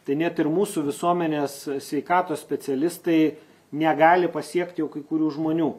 tai net ir mūsų visuomenės sveikatos specialistai negali pasiekt jau kai kurių žmonių